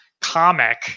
comic